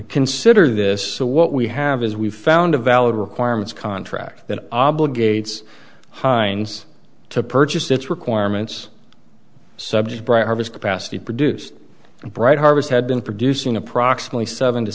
consider this so what we have is we've found a valid requirements contract that obligates heinz to purchase it's requirements subject bright harvest capacity produce and bright harvest had been producing approximately seven to